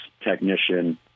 technician